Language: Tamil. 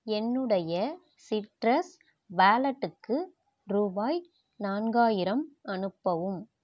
என்னுடைய சிட்ரஸ் வாலெட்டுக்கு ரூபாய் நான்காயிரம் அனுப்பவும்